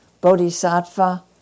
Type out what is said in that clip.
Bodhisattva